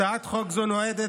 הצעת חוק זו נועדה